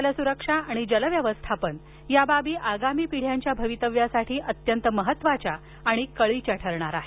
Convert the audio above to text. जलसुरक्षा आणि जलव्यवस्थापन या बाबी आगामी पिढ्यांच्या भवितव्यासाठी अत्यंत महत्त्वाच्या आणि कळीच्या ठरणार आहेत